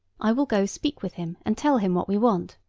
i will go speak with him, and tell him what we want